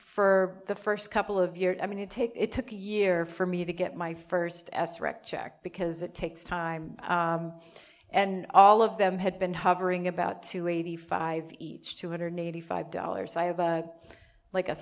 for the first couple of years i mean to take it took a year for me to get my first s wrecked check because it takes time and all of them had been hovering about two eighty five each two hundred eighty five dollars i have a like a